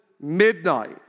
midnight